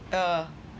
ah